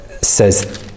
says